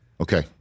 Okay